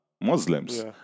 Muslims